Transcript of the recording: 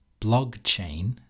Blockchain